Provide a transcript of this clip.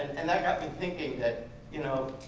and that got me thinking that you know